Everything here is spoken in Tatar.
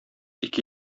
ике